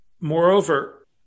moreover